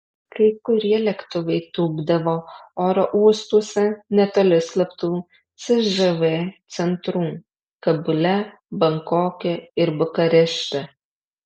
kai kurie lėktuvai tūpdavo oro uostuose netoli slaptų cžv centrų kabule bankoke ir bukarešte